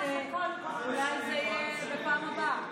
אולי זה יהיה בפעם הבאה.